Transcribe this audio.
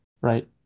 right